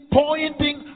pointing